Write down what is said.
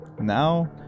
Now